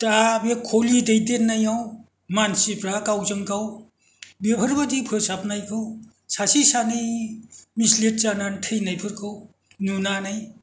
दा बे कलि दैदेननायाव मानसिफोरा गावजों गाव बेफोरबायदि फोसाबनायखौ सासे सानै मिसलिद जानानै थैनायफोरखौ नुनानै